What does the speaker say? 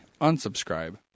unsubscribe